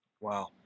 Wow